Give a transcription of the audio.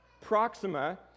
Proxima